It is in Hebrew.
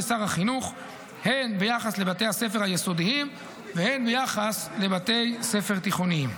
הן ביחס לבתי ספר יסודיים והן ביחס לבתי ספר תיכוניים.